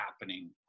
happening